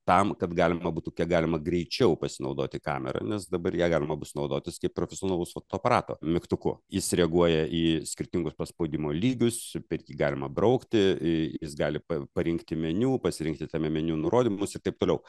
tam kad galima būtų kiek galima greičiau pasinaudoti kamera nes dabar ja galima bus naudotis kaip profesionalaus fotoaparato mygtuku jis reaguoja į skirtingus paspaudimo lygius per jį galima braukti jis gali parinkti meniu pasirinkti tame meniu nurodymus ir taip toliau